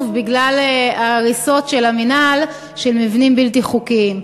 בגלל ההריסות של המינהל של מבנים בלתי חוקיים.